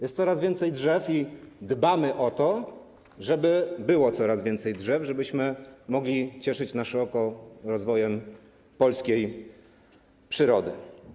Jest coraz więcej drzew i dbamy o to, żeby było coraz więcej drzew, żebyśmy mogli cieszyć nasze oko rozwojem polskiej przyrody.